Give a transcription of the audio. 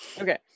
Okay